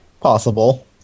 Possible